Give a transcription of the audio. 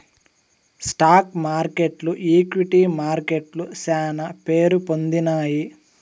stock మార్కెట్లు equity మార్కెట్లు శానా పేరుపొందినాయి